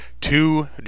Two